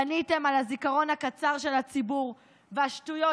בניתם על הזיכרון הקצר של הציבור והשטויות